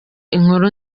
inkuru